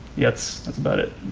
yeah that's that's about it.